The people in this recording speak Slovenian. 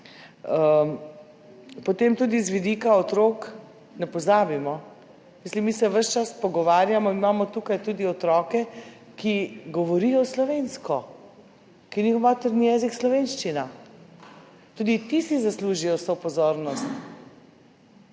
Tudi z vidika otrok ne pozabimo, mi se ves čas pogovarjamo, imamo tukaj tudi otroke, ki govorijo slovensko, katerih materni jezik je slovenščina. Tudi ti si zaslužijo vso pozornost.